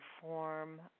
form